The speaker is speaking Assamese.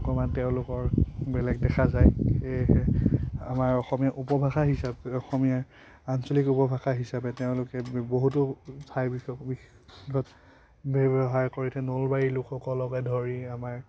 অকণমান তেওঁলোকৰ বেলেগ দেখা যায় সেয়েহে আমাৰ অসমীয়া উপভাষা হিচাপে অসমীয়া আঞ্চলিক উপভাষা হিচাপে তেওঁলোকে বহুতো ঠাই বিশেষে ব্যৱহাৰ কৰি এতিয়া নলবাৰীলোক সকলকে ধৰি আমাৰ